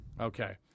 Okay